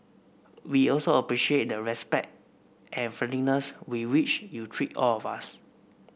we also appreciate the respect and friendliness with which you treat all of us